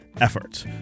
efforts